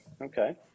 okay